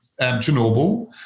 chernobyl